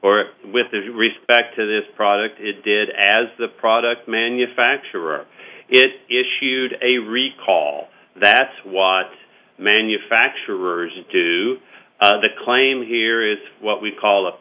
or with respect to this product it did as the product manufacturer it issued a recall that's what manufacturers to the claim here is what we call